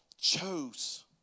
chose